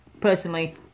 Personally